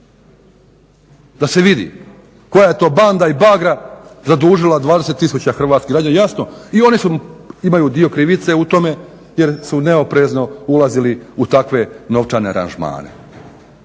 da se vidi koja je to banda i bagra zadužila 20000 hrvatskih građana. Jasno i oni su, imaju dio krivice u tome jer su neoprezno ulazili u takve novčane aranžmane.